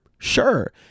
Sure